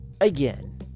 Again